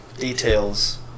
details